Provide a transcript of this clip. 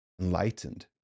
enlightened